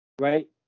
Right